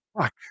fuck